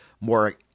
more